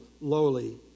lowly